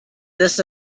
this